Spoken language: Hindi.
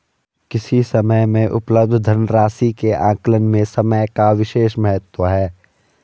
किसी समय में उपलब्ध धन राशि के आकलन में समय का विशेष महत्व है